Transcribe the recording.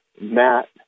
Matt